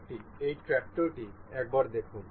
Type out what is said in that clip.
আরেকটি এই ট্র্যাক্টর টি একবার দেখুন